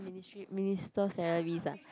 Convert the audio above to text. ministry minister salaries ah